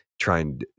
trying